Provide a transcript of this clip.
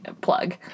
plug